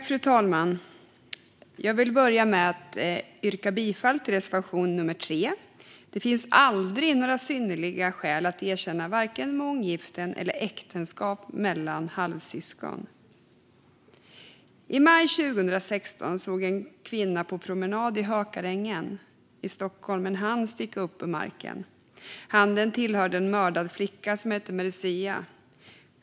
Fru talman! Jag vill börja med att yrka bifall till reservation nummer 3. Det finns aldrig några synnerliga skäl att erkänna vare sig månggiften eller äktenskap mellan halvsyskon. I maj 2016 såg en kvinna på promenad i Hökarängen i Stockholm en hand sticka upp ur marken. Handen tillhörde en mördad flicka som hette Marzieh.